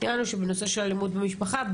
העניין הוא שבנושא של אלימות במשפחה,